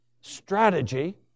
strategy